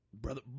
Brother –